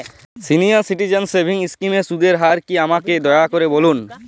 senior citizen savings স্কিমের সুদের হার কী আমাকে দয়া করে বলুন